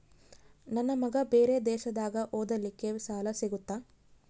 ನನ್ನ ಮಗ ಬೇರೆ ದೇಶದಾಗ ಓದಲಿಕ್ಕೆ ಸಾಲ ಸಿಗುತ್ತಾ?